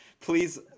please